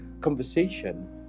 conversation